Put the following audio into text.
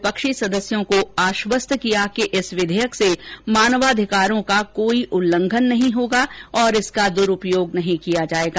श्री शाह ने विपक्षी सदस्यों को आश्वस्त किया कि इस विधेयक से मानवाधिकारों का कोई उल्लंघन नहीं होगा और इसका दुरूपयोग नहीं किया जायेगा